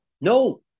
No